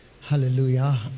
Hallelujah